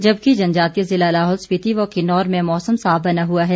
जबकि जनजातीय जिला लाहुल स्पिति व किन्नौर में मौसम साफ बना हुआ है